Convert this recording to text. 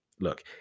Look